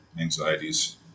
anxieties